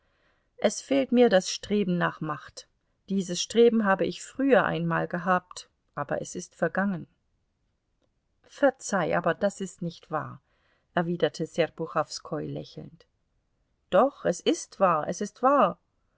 es fehlt mir das streben nach macht dieses streben habe ich früher einmal gehabt aber es ist vergangen verzeih aber das ist nicht wahr erwiderte serpuchowskoi lächelnd doch es ist wahr es ist wahr